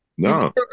No